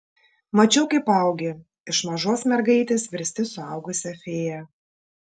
mačiau kaip augi iš mažos mergaitės virsti suaugusia fėja